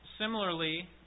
similarly